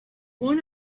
one